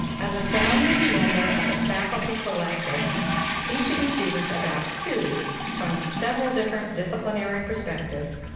as a founding member of the faculty collective teaching students about food from several different disciplinary perspectives,